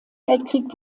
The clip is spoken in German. weltkrieg